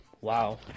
wow